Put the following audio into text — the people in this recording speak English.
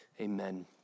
Amen